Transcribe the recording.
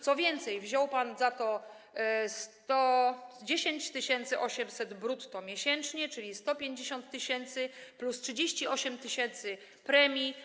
Co więcej, brał pan za to 10 800 brutto miesięcznie, czyli 150 tys. plus 38 tys. premii.